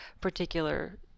particular